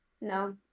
No